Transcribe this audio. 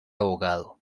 abogado